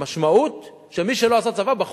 המשמעות, שאם לא עשית צבא יש לך